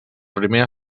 primer